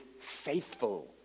faithful